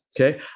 okay